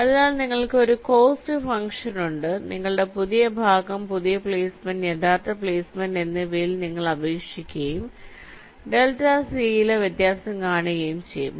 അതിനാൽ നിങ്ങൾക്ക് ഒരു കോസ്റ്റ് ഫംഗ്ഷൻ ഉണ്ട് നിങ്ങളുടെ പുതിയ ഭാഗം പുതിയ പ്ലെയ്സ്മെന്റ് യഥാർത്ഥ പ്ലെയ്സ്മെന്റ് എന്നിവയിൽ നിങ്ങൾ അപേക്ഷിക്കുകയും ΔC യിലെ വ്യത്യാസം കാണുകയും ചെയ്യുക